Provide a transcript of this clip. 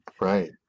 Right